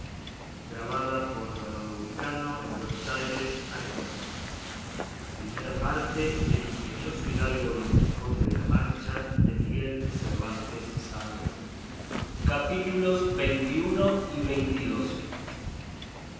este libro de la segunda parte del ingenioso caballero don quijote de la mancha por miguel de cervantes saavedra y